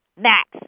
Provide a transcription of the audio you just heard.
Max